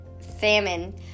famine